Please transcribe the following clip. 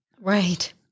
Right